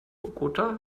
bogotá